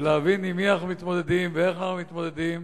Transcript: ולהבין עם מי אנחנו מתמודדים ואיך אנחנו מתמודדים.